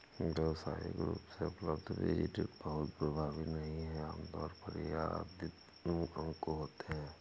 व्यावसायिक रूप से उपलब्ध बीज ड्रिल बहुत प्रभावी नहीं हैं आमतौर पर ये आदिम शंकु होते हैं